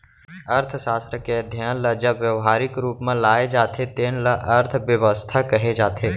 अर्थसास्त्र के अध्ययन ल जब ब्यवहारिक रूप म लाए जाथे तेन ल अर्थबेवस्था कहे जाथे